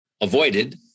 avoided